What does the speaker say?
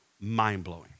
mind-blowing